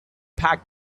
packed